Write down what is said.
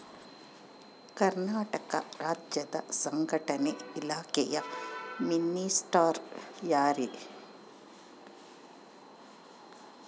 ಕರ್ನಾಟಕ ರಾಜ್ಯದ ಸಂಘಟನೆ ಇಲಾಖೆಯ ಮಿನಿಸ್ಟರ್ ಯಾರ್ರಿ?